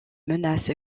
menace